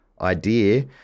idea